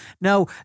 Now